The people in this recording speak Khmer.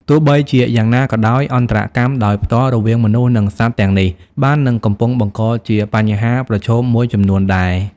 ទោះបីជាយ៉ាងណាក៏ដោយ អន្តរកម្មដោយផ្ទាល់រវាងមនុស្ស និងសត្វទាំងនេះ បាននិងកំពុងបង្កជាបញ្ហាប្រឈមមួយចំនួនដែរ។